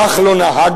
כך לא נהגנו.